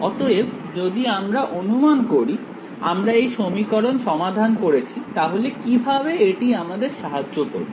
অতএব যদি আমরা অনুমান করি আমরা এই সমীকরণ সমাধান করেছি তাহলে কিভাবে এটি আমাদের সাহায্য করবে